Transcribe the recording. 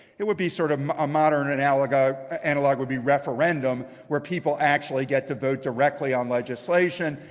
it would be sort of ah modern and ah like ah analog would be referendum where people actually get to vote directly on legislation.